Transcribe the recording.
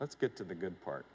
let's get to the good part